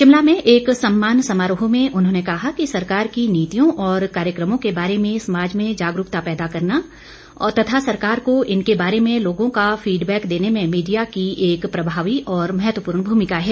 शिमला में एक सम्मान समारोह में उन्होंने कहा कि सरकार की नीतियों और कार्यक्रमों के बारे में समाज में जागरूकता पैदा करने तथा सरकार को इनके बारे में लोगों का फीडबैक देने में मीडिया की एक प्रभावी और महत्वपूर्ण भूमिका है